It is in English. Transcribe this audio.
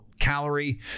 calorie